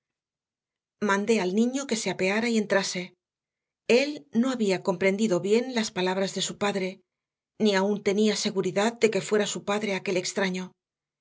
mandé al niño que se apeara y entrase él no había comprendido bien las palabras de su padre ni aún tenía seguridad de que fuera su padre aquel extraño